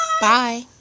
Bye